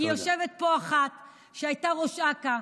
כי יושבת פה אחת שהייתה ראש אכ"א,